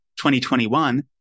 2021